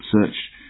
search